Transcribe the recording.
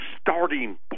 starting